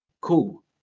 Cool